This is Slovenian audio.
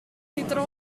hitro